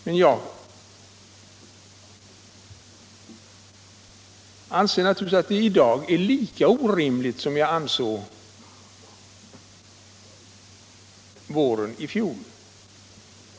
Men jag anser naturligtvis även i dag att det är orimligt att lägga ner F 12.